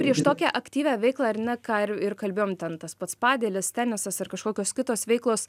prieš tokią aktyvią veiklą ar ne ką ir ir kalbėjom ten tas pats padelis tenisas ir kažkokios kitos veiklos